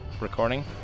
recording